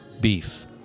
Beef